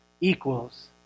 equals